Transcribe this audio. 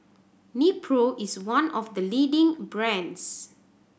Nepro is one of the leading brands